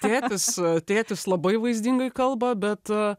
tėtis tėtis labai vaizdingai kalba bet